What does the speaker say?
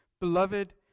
Beloved